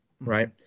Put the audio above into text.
right